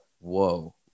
whoa